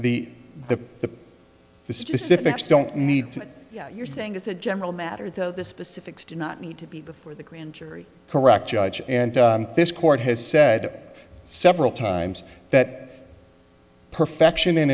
the the the the specifics don't need to you're saying as a general matter though the specifics do not need to be before the grand jury correct judge and this court has said several times that perfection in